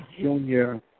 junior